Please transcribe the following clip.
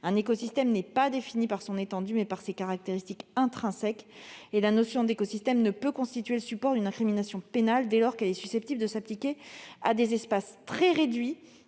Un écosystème n'est pas défini par son étendue, mais par ses caractéristiques intrinsèques. La notion d'écosystème ne peut pas constituer le support d'une incrimination pénale, dès lors qu'elle est susceptible de s'appliquer à des espaces très réduits.